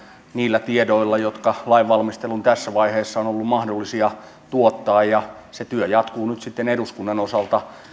niillä tiedoilla jotka lainvalmistelun tässä vaiheessa ovat olleet mahdollisia tuottaa se työ jatkuu nyt sitten eduskunnan osalta